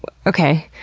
okay.